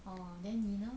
ah then 妳呢